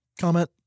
comment